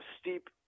steep